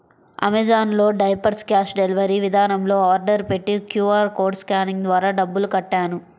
Amazon లో diapers cash delivery విధానంలో order పెట్టి క్యూ.ఆర్ కోడ్ స్కానింగ్ ద్వారా డబ్బులు కట్టాను